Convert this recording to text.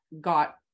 got